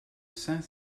saint